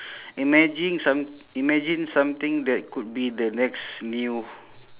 imagine some~ imagine something that could be the next new